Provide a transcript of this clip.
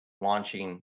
launching